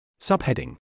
Subheading